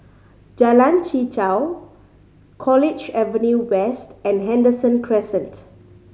Jalan Chichau College Avenue West and Henderson Crescent